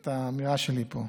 את האמירה שלי פה.